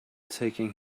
taking